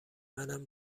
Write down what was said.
منم